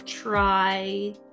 Try